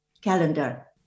calendar